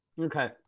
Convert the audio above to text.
Okay